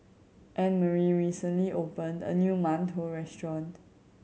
Annmarie recently opened a new mantou restaurant